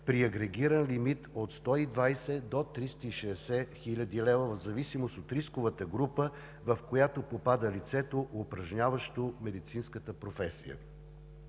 при агрегиран лимит от 120 до 360 хил. лв. в зависимост от рисковата група, в която попада лицето, упражняващо медицинската професия.